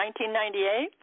1998